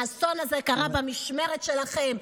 האסון הזה קרה במשמרת שלכם.